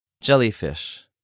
Jellyfish